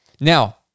Now